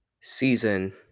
season